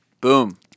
Boom